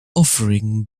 offering